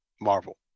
Marvel